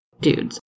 dudes